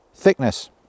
thickness